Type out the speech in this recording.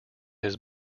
his